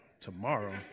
tomorrow